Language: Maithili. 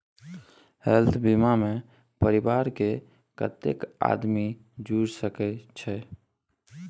हेल्थ बीमा मे परिवार के कत्ते आदमी जुर सके छै?